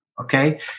okay